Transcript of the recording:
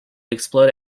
explode